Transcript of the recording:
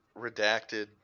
redacted